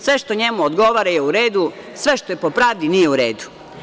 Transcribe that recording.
Sve što njemu odgovara je u redu, sve što je po pravdi nije u redu.